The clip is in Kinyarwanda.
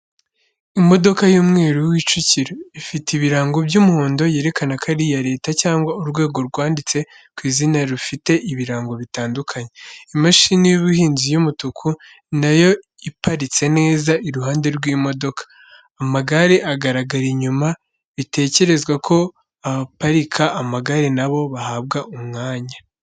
Imodoka y’umweru w'icukiro. Ifite ibiringo by’umuhondo yerekana ko ari iya Leta cyangwa urwego rwanditse ku izina rufite ibirango bitandukanye. Imashini y'ubuhinzi y’umutuku na yo iparitse neza, iruhande rw’imodoka, Amagare agaragara inyuma, bitekerezwa ko abaparika amagare na bo bahabwa umwanya.